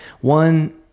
one